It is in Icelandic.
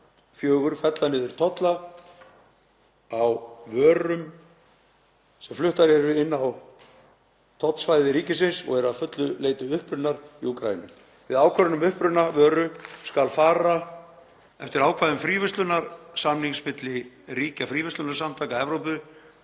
2024 fella niður tolla af vörum sem fluttar eru inn á tollsvæði ríkisins og eru að öllu leyti upprunnar í Úkraínu. Við ákvörðun um uppruna vöru skal fara eftir ákvæðum fríverslunarsamnings milli ríkja Fríverslunarsamtaka Evrópu